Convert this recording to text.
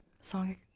Song